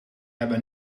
hebben